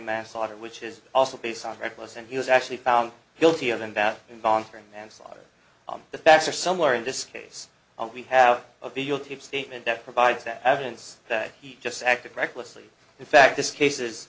manslaughter which is also based on reckless and he was actually found guilty and that involuntary manslaughter on the facts are somewhere in this case and we have a videotape statement that provides that evidence that he just acted recklessly in fact this case